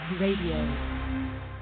Radio